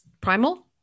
primal